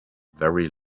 very